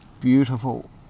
beautiful